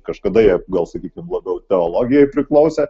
kažkada jie gal sakykim labiau teologijai priklausė